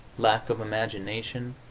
lack of imagination,